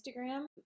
Instagram